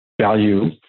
value